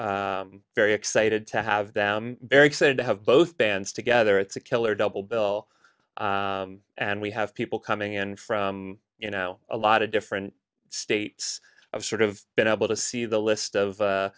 very excited to have them very excited to have both bands together it's a killer double bill and we have people coming in from you know a lot of different states of sort of been able to see the list of